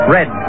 Red